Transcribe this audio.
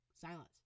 Silence